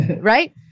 Right